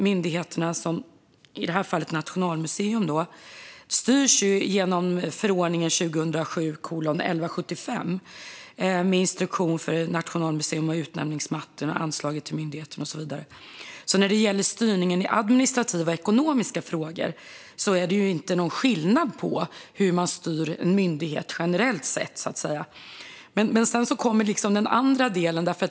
Myndigheten Nationalmuseum styrs genom förordningen med instruktion för Nationalmuseum, genom utnämningsmakten, genom anslaget till myndigheten och så vidare. Men när det gäller styrningen i administrativa och ekonomiska frågor är det alltså inte någon skillnad mot hur man generellt sett styr en myndighet. Sedan kommer den andra delen.